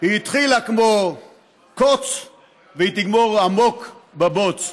היא התחילה כמו קוץ והיא תגמור עמוק בבוץ.